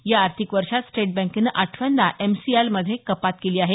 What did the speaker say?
या आर्थिक वर्षात स्टेट बँकेनं आठव्यांदा एमसीएलआरमध्ये कपात केली आहे